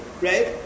right